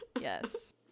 Yes